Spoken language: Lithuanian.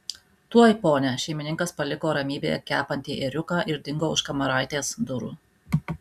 tuoj pone šeimininkas paliko ramybėje kepantį ėriuką ir dingo už kamaraitės durų